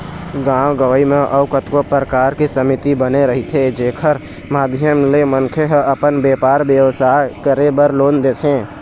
गाँव गंवई म अउ कतको परकार के समिति बने रहिथे जेखर माधियम ले मनखे ह अपन बेपार बेवसाय करे बर लोन देथे